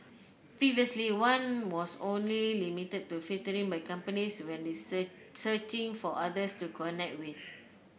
previously one was only limited to filtering by companies when searching for others to connect with